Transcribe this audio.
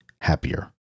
happier